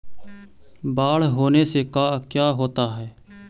बाढ़ होने से का क्या होता है?